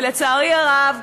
ולצערי הרב,